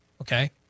okay